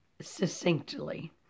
succinctly